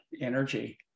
energy